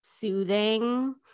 soothing